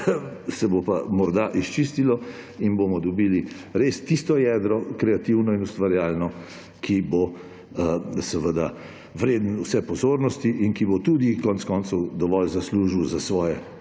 se bo pa morda izčistilo in bomo dobili res tisto jedro, kreativno in ustvarjalno, ki bo vredno vse pozornosti in ki bo tudi konec koncev dovolj zaslužilo za svoje